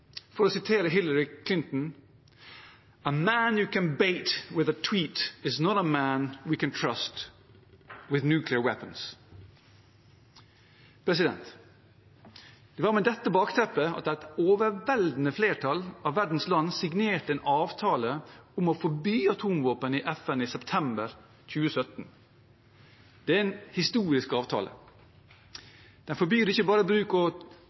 For å sitere Hillary Clinton: «A man you can bait with a tweet is not a man you can trust with nuclear weapons.» Det var med dette bakteppet at et overveldende flertall av verdens land signerte en avtale om å forby atomvåpen, i FN i desember 2017. Det er en historisk avtale. Den forbyr ikke bare bruk og